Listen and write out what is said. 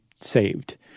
saved